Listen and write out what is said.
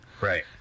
right